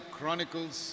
Chronicles